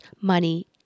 money